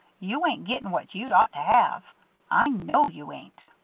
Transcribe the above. you ain't gettin' what you'd ought to have i know you ain't.